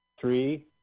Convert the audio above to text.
Three